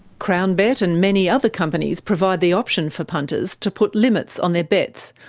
crownbet and many other companies provide the option for punters to put limits on their bets,